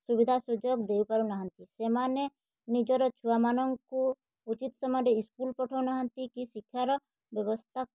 ସୁବିଧା ସୁଯୋଗ ଦେଇପାରୁନାହାଁନ୍ତି ସେମାନେ ନିଜର ଛୁଆମାନଙ୍କୁ ଉଚିତ୍ ସମୟରେ ସ୍କୁଲ୍ ପଠଉନାହାଁନ୍ତି କି ଶିକ୍ଷାର ବ୍ୟବସ୍ଥା